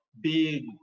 big